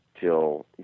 till